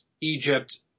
Egypt –